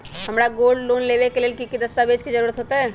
हमरा gold loan लेबे के लेल कि कि दस्ताबेज के जरूरत होयेत?